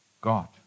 God